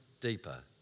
deeper